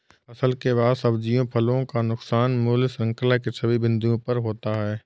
फसल के बाद सब्जियों फलों का नुकसान मूल्य श्रृंखला के सभी बिंदुओं पर होता है